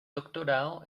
doctorado